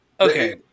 Okay